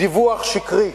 דיווח שקרי.